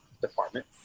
department